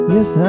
Yes